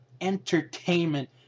entertainment